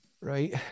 right